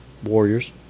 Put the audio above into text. Warriors